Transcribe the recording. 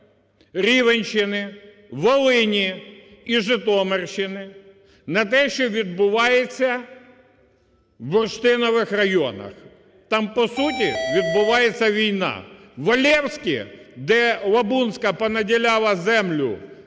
Рівненщини, Волині і Житомирщини на те, що відбувається в бурштинових районах. Там, по суті, відбувається війна, в Олевську, де Лабунська понаділяла землю